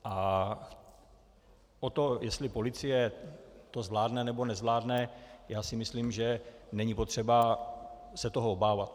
A to, jestli policie to zvládne, nebo nezvládne, myslím, že není potřeba se toho obávat.